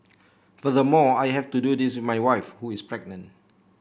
furthermore I have to do this with my wife who is pregnant